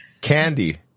Candy